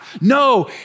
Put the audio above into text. No